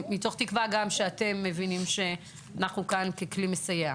מתוך תקווה שאתם מבינים שאנחנו כאן ככלי מסייע.